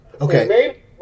Okay